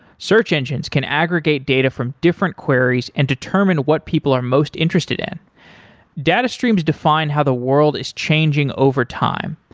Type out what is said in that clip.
search engines can aggregate data from different queries and determine what people are most interested. data streams define how the world is changing over time.